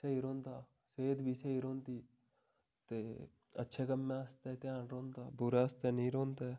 स्हेई रौंह्दा सेह्त बी स्हेई रौंह्दी ते अच्छे कम्मै आस्तै ध्यान रौंह्दा बुरा आस्तै नेईं रौंह्दा ऐ